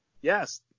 Yes